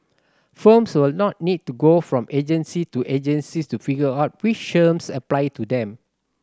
firms will not need to go from agency to agency to figure out which schemes apply to them